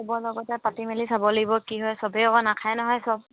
সবৰ লগতে পাতি মেলি চাব লাগিব কি হয় সবেই আকৌ নাখায় নহয় সব